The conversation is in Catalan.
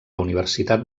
universitat